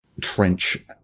trench